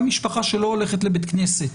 גם משפחה שלא הולכת לבית כנסת,